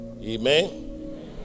Amen